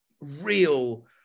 real